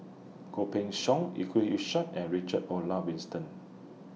Goh Pin Seng Yusof Ishak and Richard Olaf Winston